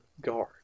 guard